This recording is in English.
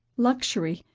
luxury,